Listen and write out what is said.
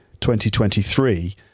2023